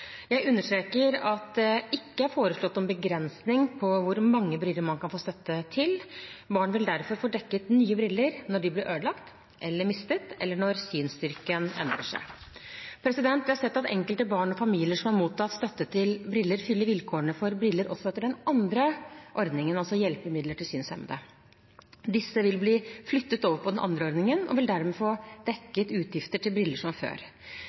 Jeg understreker at det ikke er foreslått noen begrensning på hvor mange briller man kan få støtte til. Barn vil derfor få dekket nye briller når de blir ødelagt eller mistet, eller når synsstyrken endrer seg. Vi har sett at enkelte barn og familier som har mottatt støtte til briller, fyller vilkårene for briller også etter den andre ordningen, altså «Hjelpemidler for synshemmede». Disse vil bli flyttet over på den andre ordningen og vil dermed få dekket utgifter til briller som før.